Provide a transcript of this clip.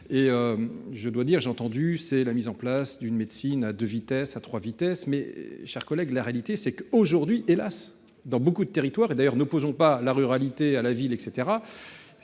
et je dois dire, j'ai entendu c'est la mise en place d'une médecine à 2 vitesses à 3 vitesses, mes chers collègues, la réalité c'est que aujourd'hui hélas dans beaucoup de territoires, et d'ailleurs nous posons pas la ruralité à la ville et